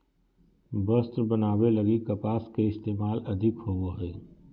वस्त्र बनावे लगी कपास के इस्तेमाल अधिक होवो हय